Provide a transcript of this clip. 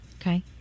Okay